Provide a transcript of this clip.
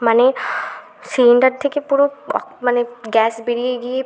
মানে সিলিন্ডার থেকে পুরো অক মানে গ্যাস বেরিয়ে গিয়ে